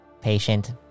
Patient